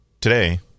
Today